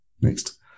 next